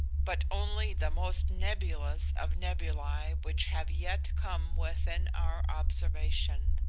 but only the most nebulous of nebulae which have yet come within our observation.